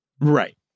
Right